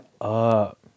up